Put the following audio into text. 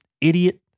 idiot